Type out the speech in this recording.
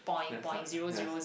that's like yes